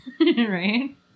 Right